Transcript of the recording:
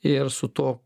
ir su tuo